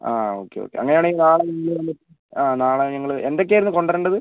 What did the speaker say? ആ okay okay അങ്ങനെ ആണെങ്കിൽ നാളെ ഈവനിംഗ് ആ നാളെ ഞങ്ങൾ എന്തൊക്കെയായിരുന്നു കൊണ്ടുവരേണ്ടത്